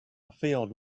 field